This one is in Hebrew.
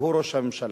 והוא ראש הממשלה.